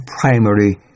primary